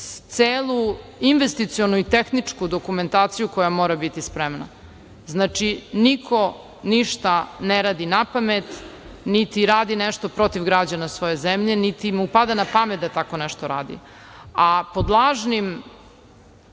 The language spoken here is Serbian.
celu investicionu tehničku dokumentaciju koja mora biti spremna. Znači, niko ništa ne radi napamet, niti radi nešto protiv građana svoje zemlje, niti mu pada na pamet da tako nešto radi. Pod lažnim